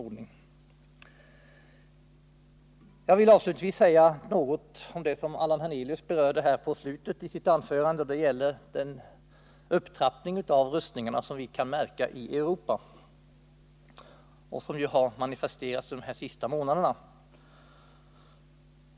Avslutningsvis vill jag säga något om det som Allan Hernelius berörde i slutet av sitt anförande. Det gäller den upptrappning av rustningarna som vi kan märka i Europa och som har manifesterats under de senaste månaderna.